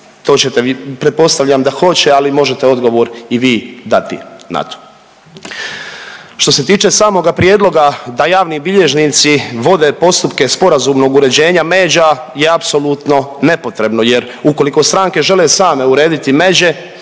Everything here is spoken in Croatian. to ćete vi, pretpostavljam da hoće, ali možete odgovor i vi dati na to. Što se tiče samoga prijedloga da javni bilježnici vode postupke sporazumnog uređenja međa je apsolutno nepotrebno jer ukoliko stranke žele same urediti međe,